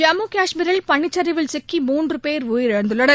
ஜம்மு கஷ்மீரில் பனிச்சரிவில் சிக்கி மூன்று பேர் உயிரிழந்துள்ளனர்